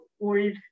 old